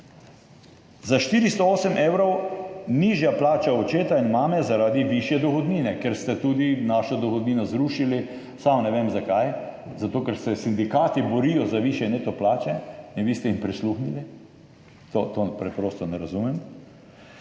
Za 408 evrov nižja plača očeta in mame zaradi višje dohodnine, ker ste tudi našo dohodnino zrušili. Sam ne vem, zakaj. Zato ker se sindikati borijo za višje neto plače in ste jim vi prisluhnili? Tega preprosto ne razumem,